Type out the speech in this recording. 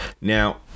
now